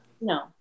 no